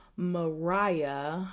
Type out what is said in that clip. Mariah